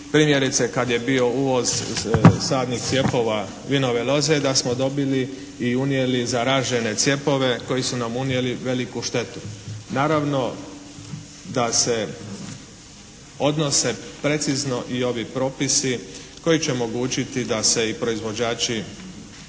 primjerice kad je bio uvoz sadnih cijepova vinove loze da smo dobili i unijeli zaražene cijepove koji su nam unijeli veliku štetu. Naravno da se odnose precizno i ovi propisi koji će omogućiti i da se proizvođači